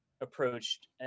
approached